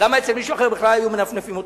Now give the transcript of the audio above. למה אצל מישהו אחר בכלל היו מנפנפים אותו?